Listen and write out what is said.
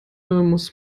muss